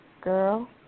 girl